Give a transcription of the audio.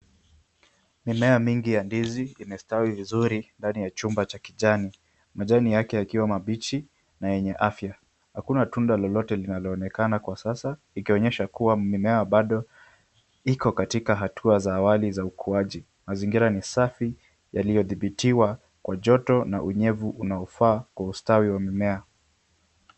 Mimea mingi ya ndizi imestawi vizuri ndani ya chumba cha kijani ,majani yake yakiwa mabichi na yenye afya,, hakuna tunda lolote linaloonekana kwa sasa ikionyesha kua mimea bado iko katika hatua za awali za ukuaji. Mazingira ni safi yaliyodhibitiwa kwa joto na unyevu unaofaa kwa ustawi wa mimea.